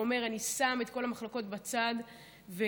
ואומר: אני שם את כל המחלוקות בצד ואני